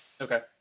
Okay